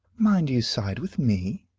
mind you side with me,